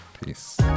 peace